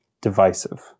divisive